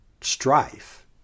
strife